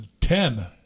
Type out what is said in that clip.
ten